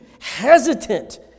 hesitant